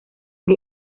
que